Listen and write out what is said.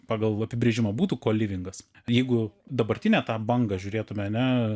pagal apibrėžimą būtų kolivingas jeigu dabartinę tą bangą žiūrėtume ane